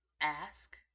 Ask